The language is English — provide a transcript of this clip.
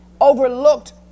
overlooked